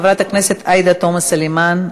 חברת הכנסת עאידה תומא סלימאן,